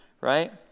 right